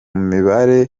mibare